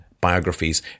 biographies